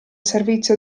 servizio